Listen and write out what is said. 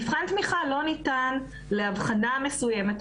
מבחן תמיכה לא ניתן לאבחנה מסוימת,